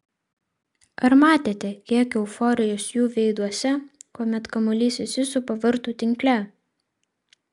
ar matėte kiek euforijos jų veiduose kuomet kamuolys įsisupa vartų tinkle